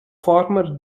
former